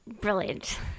brilliant